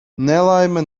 nelaime